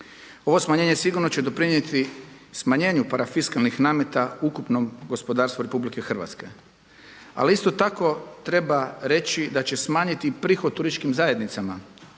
Ovo smanjenje sigurno će doprinijeti smanjenju parafiskalnih nameta ukupnom gospodarstvu Republike Hrvatske, ali isto tako treba reći da će smanjiti prihod turističkim zajednicama